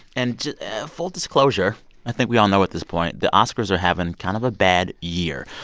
and full disclosure i think we all know at this point the oscars are having kind of a bad year.